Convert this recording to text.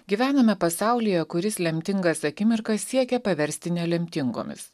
gyvename pasaulyje kuris lemtingas akimirkas siekia paversti nelemtingomis